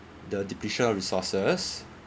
the depletion of resources